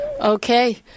Okay